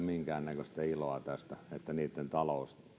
minkäännäköistä iloa tästä niin että niitten talous